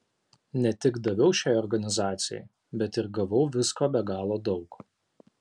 ne tik daviau šiai organizacijai bet ir gavau visko be galo daug